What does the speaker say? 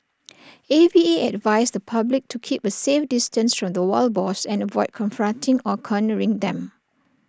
A V A advised the public to keep A safe distance the wild boars and avoid confronting or cornering them